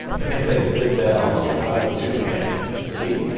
an' they did that on the ohio, too, danny. see?